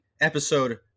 episode